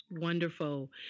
Wonderful